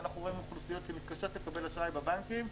אנחנו רואים אוכלוסיות שמתקשות לקבל אשראי מהבנקים,